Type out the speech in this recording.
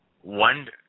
One